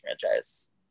franchise